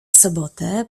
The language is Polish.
sobotę